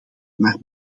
naar